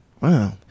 Wow